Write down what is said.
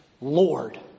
Lord